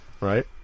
right